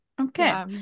Okay